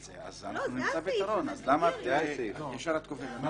אנחנו נמצא פתרון, אז למה את ישר קופצת?